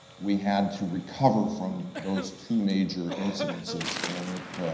we had to recover from those two major incidences, and it